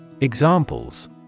Examples